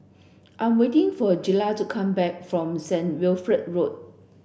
I'm waiting for Jiles to come back from Saint Wilfred Road